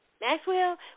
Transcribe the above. Maxwell